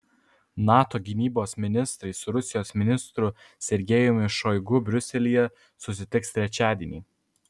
nato gynybos ministrai su rusijos ministru sergejumi šoigu briuselyje susitiks trečiadienį